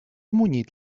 munyit